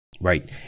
Right